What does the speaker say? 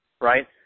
right